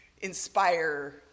inspire